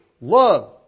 love